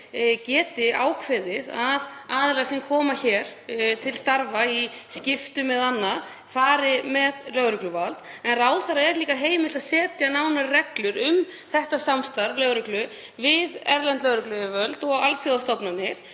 geti ákveðið að aðilar sem koma hér til starfa í skiptum eða annað fari með lögregluvald, en ráðherra er líka heimilt að setja nánari reglur um þetta samstarf lögreglu við erlend lögregluyfirvöld og alþjóðastofnanir,